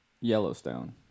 Yellowstone